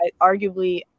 arguably